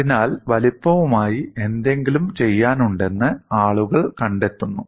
അതിനാൽ വലുപ്പവുമായി എന്തെങ്കിലും ചെയ്യാനുണ്ടെന്ന് ആളുകൾ കണ്ടെത്തുന്നു